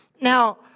Now